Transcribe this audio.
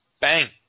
bang